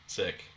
sick